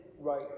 right